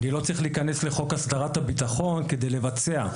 אני לא צריך להיכנס לחוק הסדרת הביטחון כדי לבצע,